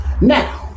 Now